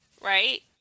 Right